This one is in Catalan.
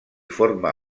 forma